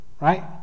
Right